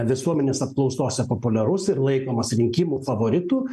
visuomenės apklausose populiarus ir laikomas rinkimų favoritu